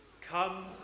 Come